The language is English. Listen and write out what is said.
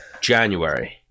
January